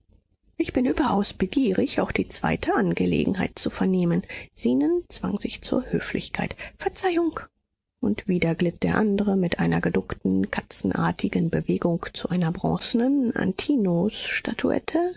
ich bin überaus begierig auch die zweite angelegenheit zu vernehmen zenon zwang sich zur höflichkeit verzeihung und wieder glitt der andre mit einer geduckten katzenartigen bewegung zu einer bronzenen antinousstatuette